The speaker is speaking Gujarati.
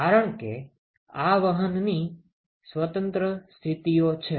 કારણ કે આ વહનની સ્વતંત્ર સ્થિતિઓ છે